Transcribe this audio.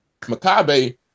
Makabe